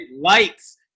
Lights